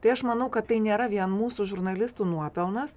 tai aš manau kad tai nėra vien mūsų žurnalistų nuopelnas